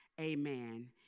amen